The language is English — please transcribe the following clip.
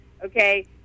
Okay